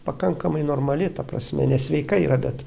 pakankamai normali ta prasme nesveika yra bet